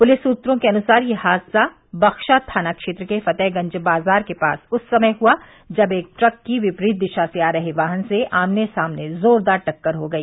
police सूत्रों के अनुसार यह हादस बख्शा थाना क्षेत्र के फ़तेहगंज बज़ार के पास उस समय हुआ जब एक ट्रक की विपरीत दिशा से आ रहे वाहन से आमने सामने जोरदार टक्कर हो गई